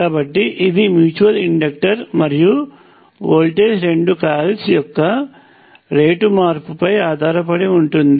కాబట్టి ఇది mutual inductor మరియు వోల్టేజ్ రెండు కాయిల్స్ యొక్క రేటు మార్పుపై ఆధారపడి ఉంటుంది